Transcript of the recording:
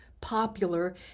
popular